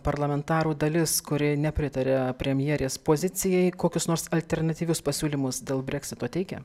parlamentarų dalis kuri nepritaria premjerės pozicijai kokius nors alternatyvius pasiūlymus dėl breksito teikia